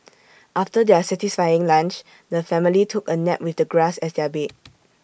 after their satisfying lunch the family took A nap with the grass as their bed